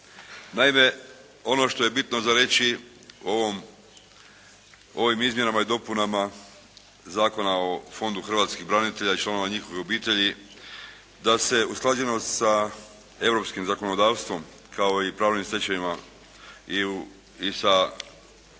Naime, ono što je bitno za reći o ovim izmjenama i dopunama Zakona o Fondu hrvatskih branitelja i članova njihovih obitelji da se usklađenost sa europskim zakonodavstvom kao i pravnim stečevinama i sa Vijećem